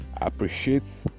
appreciates